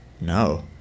No